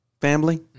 family